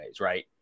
Right